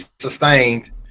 sustained